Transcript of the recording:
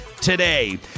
today